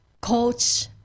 coach